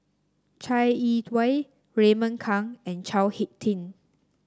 Chai Yee Wei Raymond Kang and Chao HicK Tin